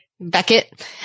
Beckett